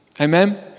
Amen